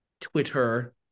Twitter